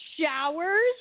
showers